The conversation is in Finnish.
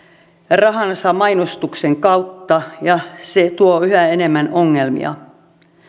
rahansa mainostuksen kautta ja se tuo yhä enemmän ongelmia